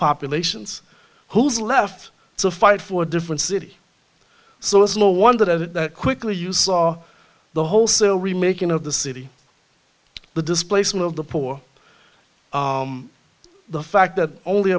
populations who's left to fight for a different city so it's no wonder that quickly you saw the wholesale remaking of the city the displacement of the poor the fact that only